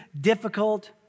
difficult